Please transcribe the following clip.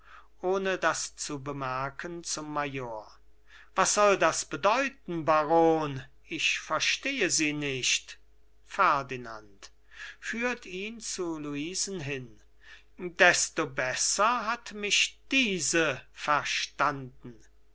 ohne das zu bemerken zum major was soll das bedeuten baron ich verstehe sie nicht ferdinand führt ihn zu luisen hin desto besser hat mich diese verstanden